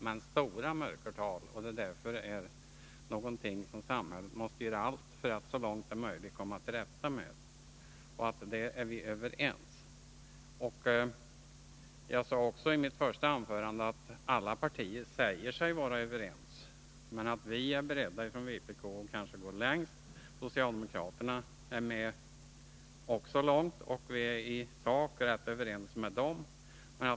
Men det är stora mörkertal det är fråga om, och samhället måste därför göra allt för att så långt möjligt komma till rätta med denna brottslighet. Jag sade också i mitt första anförande att alla partier säger sig vara överens om detta men att vi i vpk är beredda att gå längst. Socialdemokraterna är med ganska långt, och vi är i sak rätt ense med dem.